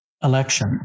election